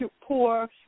poor